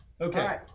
Okay